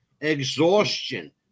exhaustion